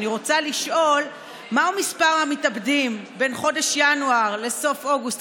רצוני לשאול: מהו מספר המתאבדים בין חודש ינואר לסוף אוגוסט